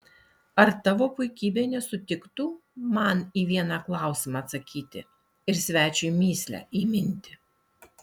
ar tavo puikybė nesutiktų man į vieną klausimą atsakyti ir svečiui mįslę įminti